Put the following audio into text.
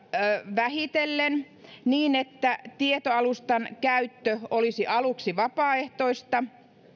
vähitellen niin että tietoalustan käyttö olisi aluksi vapaaehtoista